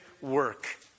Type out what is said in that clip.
work